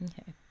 Okay